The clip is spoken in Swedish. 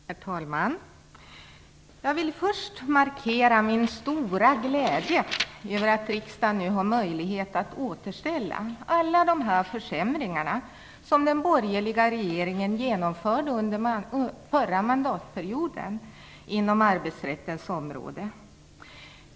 Herr talman! Jag vill först markera min stora glädje över att riksdagen nu har möjlighet att återställa genom att avskaffa alla de försämringar som den borgerliga regeringen genomförde under förra mandatperioden inom arbetsrättens område.